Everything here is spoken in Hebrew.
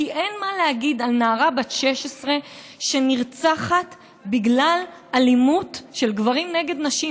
כי אין מה להגיד על נערה בת 16 שנרצחת בגלל אלימות של גברים נגד נשים.